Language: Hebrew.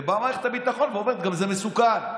ומערכת הביטחון ואומרת: גם זה מסוכן.